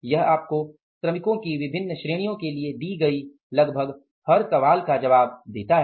यह आपको श्रमिकों की विभिन्न श्रेणियों के लिए दी गई लगभग हर सवाल का जवाब देता है